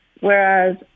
Whereas